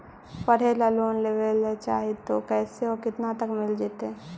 पढ़े ल लोन लेबे ल चाह ही त कैसे औ केतना तक मिल जितै?